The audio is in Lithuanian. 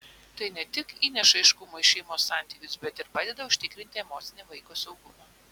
tai ne tik įneša aiškumo į šeimos santykius bet ir padeda užtikrinti emocinį vaiko saugumą